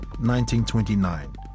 1929